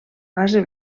base